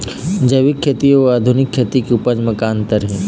जैविक खेती अउ आधुनिक खेती के उपज म का अंतर हे?